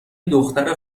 دختر